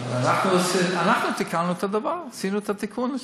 אנחנו תיקנו את הדבר, עשינו את התיקון הזה.